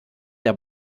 der